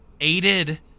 aided